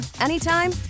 anytime